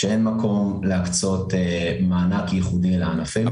שאין מקום להקצות מענק ייחודי לענפים הללו,